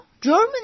Germany